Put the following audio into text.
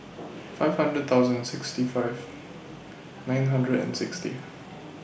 five hundred thousand sixty five nine hundred and sixty